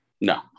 No